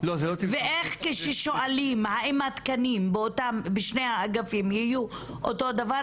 ואיך כששואלים האם התקנים בשני האגפים יהיו אותו דבר,